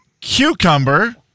Cucumber